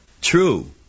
True